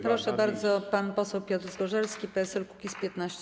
Proszę bardzo, pan poseł Piotr Zgorzelski, PSL-Kukiz15.